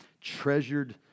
treasured